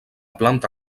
planta